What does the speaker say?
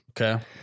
Okay